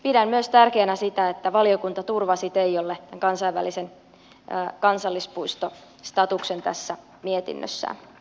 pidän myös tärkeänä sitä että valiokunta turvasi teijolle kansainvälisen kansallispuistostatuksen tässä mietinnössä